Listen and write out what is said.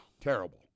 terrible